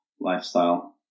lifestyle